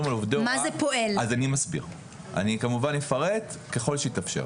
אני כמובן אפרט, ככל שיתאפשר.